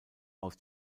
aus